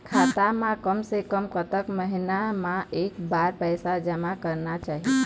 खाता मा कम से कम कतक महीना मा एक बार पैसा जमा करना चाही?